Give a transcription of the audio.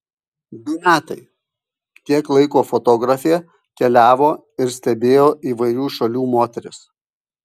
du metai tiek laiko fotografė keliavo ir stebėjo įvairių šalių moteris